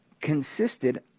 consisted